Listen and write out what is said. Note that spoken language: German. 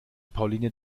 pauline